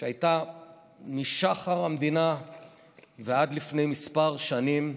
שהייתה משחר המדינה ועד לפני כמה שנים,